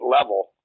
level